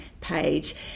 page